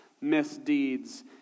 misdeeds